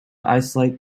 isolate